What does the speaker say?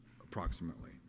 approximately